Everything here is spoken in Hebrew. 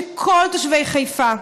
שכל תושבי חיפה,